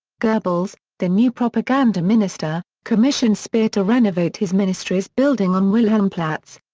goebbels, the new propaganda minister, commissioned speer to renovate his ministry's building on wilhelmplatz.